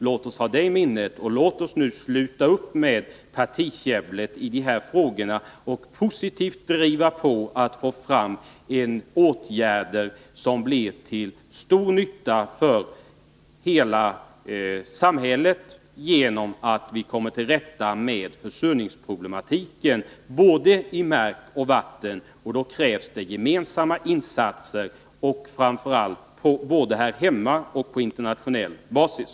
Låt oss ha det i minnet, och låt oss nu sluta upp med partikäbblet i de här frågorna och positivt driva på för att få fram åtgärder som blir till stor nytta för hela samhället genom att vi kommer till rätta med försurningsproblematiken när det gäller både mark och vatten. Nog krävs det gemensamma insatser, både här hemma och på internationell basis.